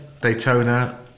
Daytona